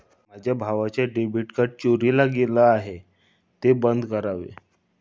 माझ्या भावाचं debit card चोरीला गेलं आहे, ते बंद करावे